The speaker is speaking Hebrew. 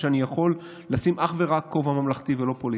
שאני יכול לשים אך ורק כובע ממלכתי ולא פוליטי.